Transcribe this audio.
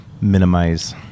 minimize